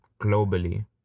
globally